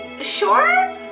Sure